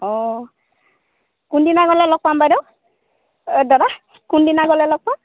অঁ কোন দিনা গ'লে লগ পাম বাইদেউ দাদা কোন দিনা গ'লে লগ পাম